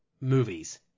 movies